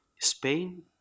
Spain